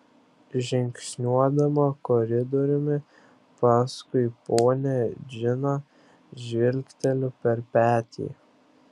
žingsniuodama koridoriumi paskui ponią džiną žvilgteliu per petį